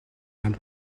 and